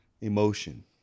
emotion